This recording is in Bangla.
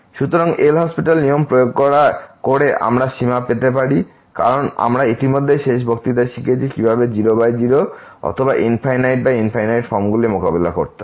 সুতরাং LHospital নিয়ম প্রয়োগ করে আমরা সীমা পেতে পারি কারণ আমরা ইতিমধ্যে শেষ বক্তৃতায় শিখেছি কিভাবে 00 অথবা ∞∞ ফর্মগুলি মোকাবেলা করতে হয়